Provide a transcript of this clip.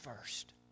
first